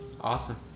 awesome